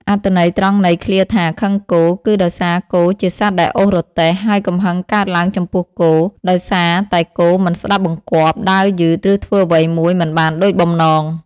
អត្ថន័យត្រង់នៃឃ្លាថា ខឹងគោ គឺដោយសារគោជាសត្វដែលអូសរទេះ ហើយកំហឹងកើតឡើងចំពោះគោ ដោយសារតែគោមិនស្ដាប់បង្គាប់ ដើរយឺត ឬធ្វើអ្វីមួយមិនបានដូចបំណង។